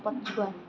ପଛୁଆ